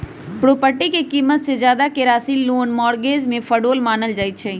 property के कीमत से जादा के राशि के लोन मोर्गज में फरौड मानल जाई छई